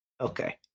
Okay